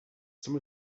some